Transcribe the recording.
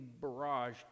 barraged